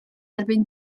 erbyn